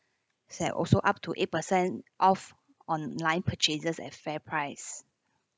sa~ also up to eighty percent off online purchases at fair price